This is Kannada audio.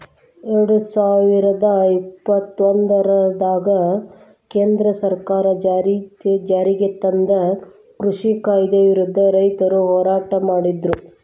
ಎರಡುಸಾವಿರದ ಇಪ್ಪತ್ತೊಂದರಾಗ ಕೇಂದ್ರ ಸರ್ಕಾರ ಜಾರಿಗೆತಂದ ಕೃಷಿ ಕಾಯ್ದೆ ವಿರುದ್ಧ ರೈತರು ಹೋರಾಟ ಮಾಡಿದ್ರು